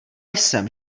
jsem